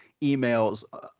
emails